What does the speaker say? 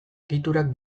egiturak